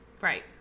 Right